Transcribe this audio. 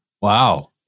Wow